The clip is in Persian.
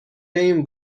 این